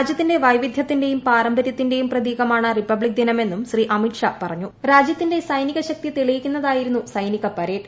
രാജ്യത്തിന്റെ വൈവിധ്യത്തിന്റെയും പാരമ്പര്യത്തിന്റേയും ് പ്രതീകമാണ് റിപ്പബ്ധിക് ദിനമെന്നും ശ്രീ അമിത ഷാ പറഞ്ഞും രാജ്യത്തിന്റെ സൈനിക ശക്തി തെളിയിക്കുന്നതായിരുന്നു സൈനിക് പ്രേഡ്